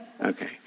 okay